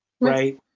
right